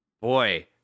Boy